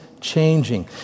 changing